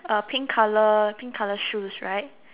uh pink colour pink colour shoes right